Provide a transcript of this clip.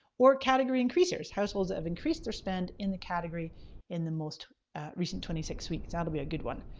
or category increasers, households that have increased their spend in the category in the most recent twenty six weeks, that will be a good one.